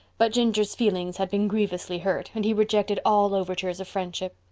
but ginger's feelings had been grievously hurt and he rejected all overtures of friendship.